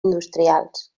industrials